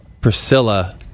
Priscilla